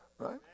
right